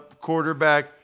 quarterback